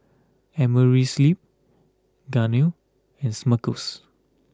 Amerisleep Garnier and Smuckers